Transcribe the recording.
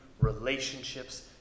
relationships